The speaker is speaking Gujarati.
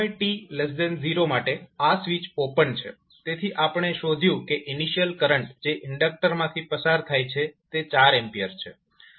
સમય t0 માટે આ સ્વીચ ઓપન છે તેથી આપણે શોધ્યું કે ઇનિશિયલ કરંટ જે ઇન્ડક્ટર માંથી પસાર થાય છે તે 4A છે